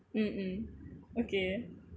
mm mm okay